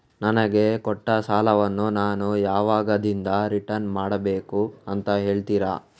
ನನಗೆ ಕೊಟ್ಟ ಸಾಲವನ್ನು ನಾನು ಯಾವಾಗದಿಂದ ರಿಟರ್ನ್ ಮಾಡಬೇಕು ಅಂತ ಹೇಳ್ತೀರಾ?